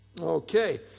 Okay